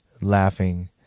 laughing